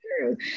true